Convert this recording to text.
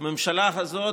בממשלה הזאת,